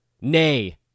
Nay